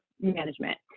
management